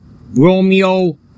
Romeo